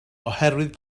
oherwydd